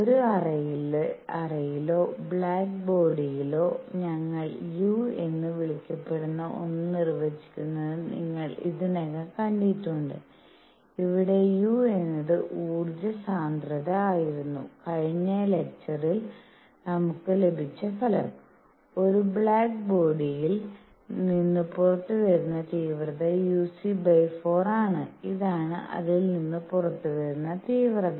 ഒരു അറയിലോ ബ്ലാക്ക് ബോഡിലോ ഞങ്ങൾ u എന്ന് വിളിക്കപ്പെടുന്ന ഒന്ന് നിർവ്വചിക്കുന്നത് നിങ്ങൾ ഇതിനകം കണ്ടിട്ടുണ്ട് ഇവിടെ u എന്നത് ഊർജ്ജ സാന്ദ്രതആയിരുന്നു കഴിഞ്ഞ ലെക്ചറിൽ നമുക്ക് ലഭിച്ച ഫലം ഒരു ബ്ലോക്ക് ബോഡിയിൽ നിന്ന് പുറത്തുവരുന്ന തീവ്രത uc4 ആണ് ഇതാണ് അതിൽ നിന്ന് പുറത്തുവരുന്ന തീവ്രത